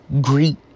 greet